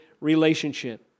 relationship